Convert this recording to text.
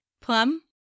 Plum